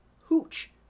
Hooch